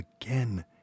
again